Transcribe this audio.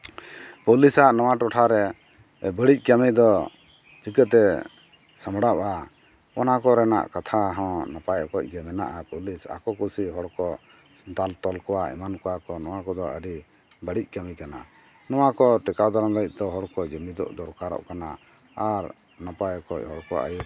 ᱯᱩᱞᱤᱥᱟᱜ ᱱᱚᱣᱟ ᱴᱚᱴᱷᱟᱨᱮ ᱵᱟᱹᱲᱤᱡ ᱠᱟᱹᱢᱤ ᱫᱚ ᱪᱤᱠᱟᱹᱛᱮ ᱥᱟᱢᱲᱟᱜᱼᱟ ᱚᱱᱟ ᱠᱚᱨᱮᱱᱟᱜ ᱠᱟᱛᱷᱟ ᱦᱚᱸ ᱱᱟᱯᱟᱭ ᱚᱠᱚᱡ ᱛᱮ ᱢᱮᱱᱟᱜᱼᱟ ᱯᱩᱞᱤᱥ ᱟᱠᱚ ᱠᱩᱥᱤ ᱦᱚᱲᱠᱚ ᱫᱟᱞ ᱛᱚᱞ ᱠᱚᱣᱟ ᱮᱢᱟᱱ ᱠᱚᱣᱟ ᱠᱚ ᱱᱚᱣᱟ ᱠᱚᱫᱚ ᱟᱹᱰᱤ ᱵᱟᱹᱲᱤᱡ ᱠᱟᱹᱢᱤ ᱠᱟᱱᱟ ᱱᱚᱣᱟ ᱠᱚ ᱴᱮᱠᱟᱣ ᱫᱟᱨᱟᱢ ᱞᱟᱹᱜᱤᱫ ᱛᱮ ᱦᱚᱲᱠᱚ ᱡᱩᱢᱤᱫᱚᱜ ᱫᱚᱨᱠᱟᱨᱚᱜ ᱠᱟᱱᱟ ᱟᱨ ᱱᱟᱯᱟᱭ ᱚᱠᱚᱡ ᱦᱚᱲ ᱠᱚ ᱟᱹᱭᱩᱨ